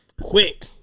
quick